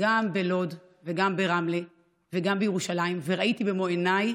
גם בלוד וגם ברמלה וגם בירושלים, וראיתי במו עיניי